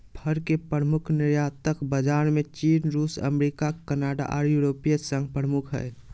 फर के प्रमुख निर्यातक बाजार में चीन, रूस, अमेरिका, कनाडा आर यूरोपियन संघ प्रमुख हई